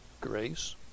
grace